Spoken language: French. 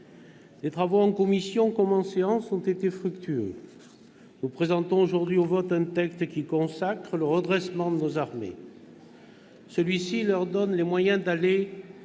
Les travaux en commission, comme en séance publique, ont été fructueux. Nous présentons aujourd'hui au vote un texte qui consacre le redressement de nos armées. Celui-ci leur donne les moyens d'aller